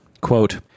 quote